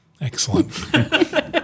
Excellent